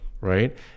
right